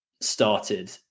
started